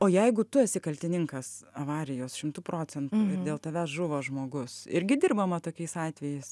o jeigu tu esi kaltininkas avarijos šimtu procentų ir dėl tavęs žuvo žmogus irgi dirbama tokiais atvejais